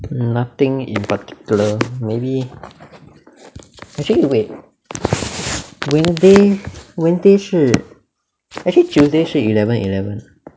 nothing in particular maybe actually wait wednesday wednesday 是 actually tuesday 是 eleven eleven